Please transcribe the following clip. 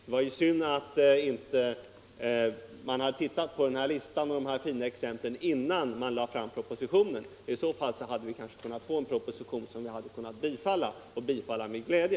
Det var ju synd att man inte tittade på den här listan med dessa fina exempel innan man lade fram propositionen. I så fall hade vi kanske kunnat få en proposition, som vi hade kunnat bifalla och bifalla med glädje.